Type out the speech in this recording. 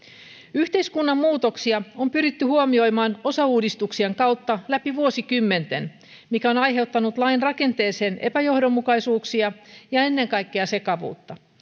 yhteiskunnan muutoksia on pyritty huomioimaan osauudistuksien kautta läpi vuosikymmenten mikä on aiheuttanut lain rakenteeseen epäjohdonmukaisuuksia ja ennen kaikkea sekavuutta